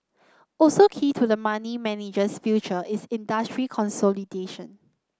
also key to the money manager's future is industry consolidation